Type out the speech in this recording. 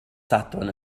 sadwrn